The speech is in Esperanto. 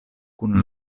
kun